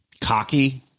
cocky